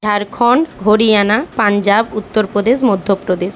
Jharkhand Haryana Punjab Uttar Pradesh Madhya Pradesh